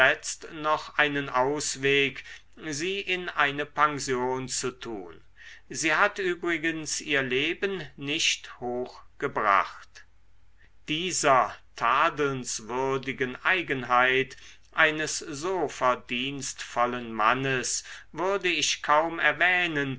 noch einen ausweg sie in eine pension zu tun sie hat übrigens ihr leben nicht hoch gebracht dieser tadelnswürdigen eigenheit eines so verdienstvollen mannes würde ich kaum erwähnen